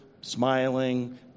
smiling